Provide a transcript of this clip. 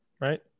right